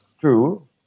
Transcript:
true